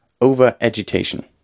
over-agitation